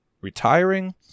retiring